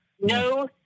No